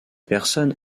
personnes